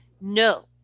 No